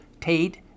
Tate